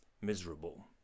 miserable